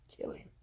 killing